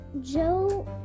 Joe